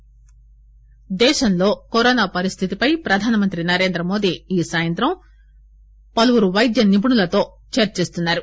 PM దేశంలో corona పరిస్థితిపై ప్రధానమంత్రి నరేంద్రమోదీ ఈ సాయంత్రం పలువురు వైద్యనిపుణులతో చర్చిస్తున్నారు